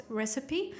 recipe